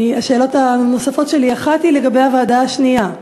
השאלות הנוספות שלי, אחת היא לגבי הוועדה השנייה.